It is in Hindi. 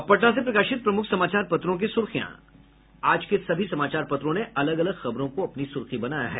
अब पटना से प्रकाशित प्रमुख समाचार पत्रों की सुर्खियां आज के सभी समाचार पत्रों ने अलग अलग खबरों को अपनी सुर्खी बनाया है